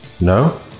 No